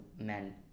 men